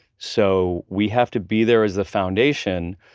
so, we have to be there as the foundation,